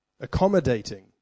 accommodating